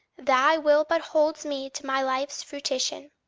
thy will but holds me to my life's fruition.